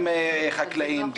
גם חקלאים,